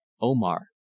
Omar